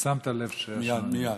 שמת לב, מייד, מייד.